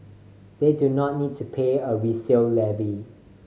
they do not need to pay a resale levy